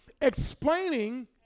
explaining